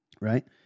right